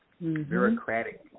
bureaucratic